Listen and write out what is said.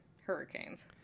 hurricanes